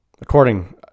According